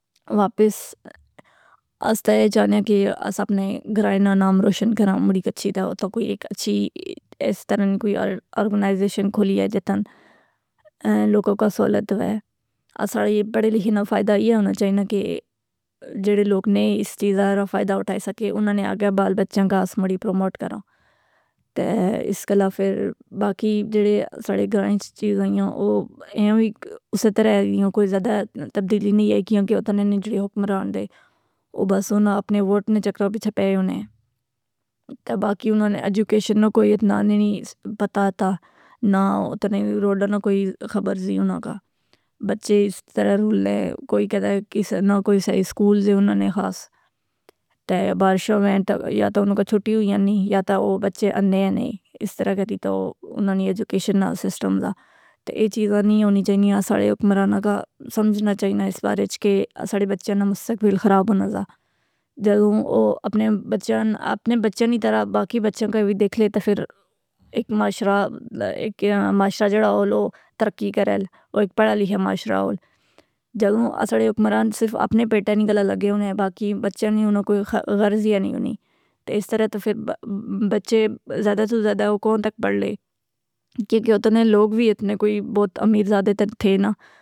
واپس اس تہ اے چاہنے کہ اس اپنے گھراۓ ناں نام روشن کرا مڑی گچھی تہ اتو کوئی اک اچھی اس طرح نی کوئی ارگنائزیشن کھولی اے جتھاں لوکاں کا سہولت ہوے۔ اساڑی بڑھے لکھے نہ فائدہ ایہ ہونا چائینا کہ جڑے لوگ نئے اس چیزا رہ فائدہ اٹھائے سکے اناں نے آگے بال بچیاں کا اس مڑی پروموٹ کراں۔ تے اس کلہ فر باقی جڑے ساڑے گھراں اچ چیز ائیاں او اینوی اسے طرح ہوئاں کوئی زیادہ تبدیلی نیں آئی کیونکہ اتنے نے جڑے حکمران دے او بس اناں اپنے ووٹ نے چکراں پچھے پئے ہونے۔ تہ باقی اناں نے ایجوکیشن نہ کوئی اتنا نیں پتہ وتہ، نہ اتنے روڈاں نہ کوئی خبر زی اوناں کا۔ بچے اس طرح رلنے کوئی کہ دا کہ نہ کوئی صحیح سکول زی اناں نے خاص۔ تے بارشا ہویں یا تو اناں کا چھٹی ہوئی ینی یا تہ او بچے انے ینے۔ اس طرح کری تہ او اناں نی ایجوکیشن نہ سسٹم ذا۔ تے اے چیزاں نی ہونی چائینیاں اساڑے حکمراناں کا سمجھنا چائیناں اس بارے اچ کہ اساڑے بچیاں نہ مستقبل خراب ہونا دا۔ جدوں او اپنے بچیاں اپنے نی طرح باقی بچیاں کا وی دیکھ لے تہ فر ایک معاشرہ جڑا او ترقی کریل او ایک پڑھا لکھا معاشرہ ہول۔ جدوں اساڑے حکمران صرف اپنے پیٹہ نی گلہ لگے ہونے باقی بچیاں نی اناں کوئ کوئی غرض ایا نیں ہونی۔ تہ اس طرح تہ فر بچے زیادہ توں زیادہ کون تک پڑھ لے۔ کیونکہ اتنے لوگ وی اتنے کوئی بہت امیرزادے تہ تھے نا۔